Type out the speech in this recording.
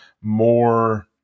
more